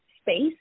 space